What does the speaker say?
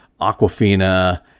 Aquafina